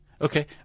Okay